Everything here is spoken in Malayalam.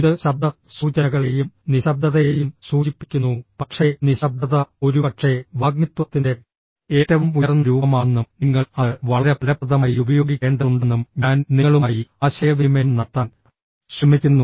ഇത് ശബ്ദ സൂചനകളെയും നിശബ്ദതയെയും സൂചിപ്പിക്കുന്നു പക്ഷേ നിശബ്ദത ഒരുപക്ഷേ വാഗ്മിത്വത്തിന്റെ ഏറ്റവും ഉയർന്ന രൂപമാണെന്നും നിങ്ങൾ അത് വളരെ ഫലപ്രദമായി ഉപയോഗിക്കേണ്ടതുണ്ടെന്നും ഞാൻ നിങ്ങളുമായി ആശയവിനിമയം നടത്താൻ ശ്രമിക്കുന്നു